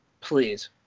Please